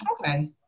Okay